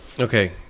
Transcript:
okay